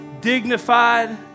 dignified